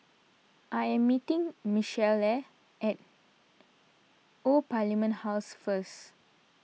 I am meeting Michaela at Old Parliament House first